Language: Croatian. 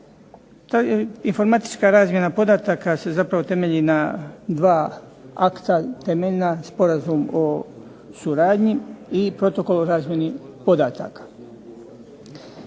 informatička razmjena podataka se zapravo temelji na dva akta temeljna, Sporazum o suradnji i Protokol o razmjeni podataka.